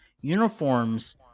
Uniforms